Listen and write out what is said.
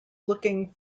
looking